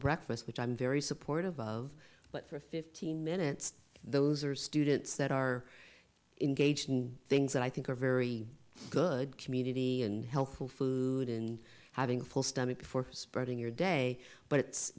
breakfast which i'm very supportive of but for fifteen minutes those are students that are engaged in things that i think are very good community and helpful food in having a full stomach before spreading your day but it's